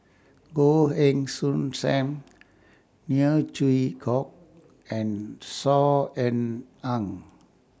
Goh Heng Soon SAM Neo Chwee Kok and Saw Ean Ang